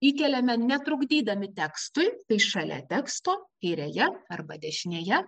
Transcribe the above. įkeliame netrukdydami tekstui tai šalia teksto kairėje arba dešinėje